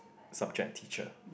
subject teacher